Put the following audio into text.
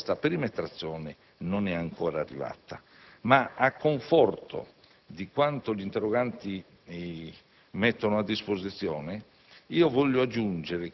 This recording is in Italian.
Ad oggi, questa ipotesi di perimetrazione non è ancora pervenuta. A conforto di quanto gli interroganti mettono a disposizione,